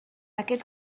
aquest